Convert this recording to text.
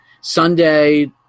Sunday